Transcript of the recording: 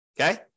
Okay